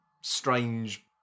strange